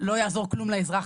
לא יעזור כלום לאזרח.